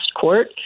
court